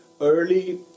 early